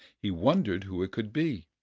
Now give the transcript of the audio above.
he wondered who it could be,